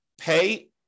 pay